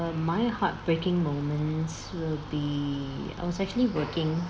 my heartbreaking moments will be I was actually working